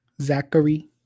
Zachary